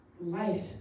life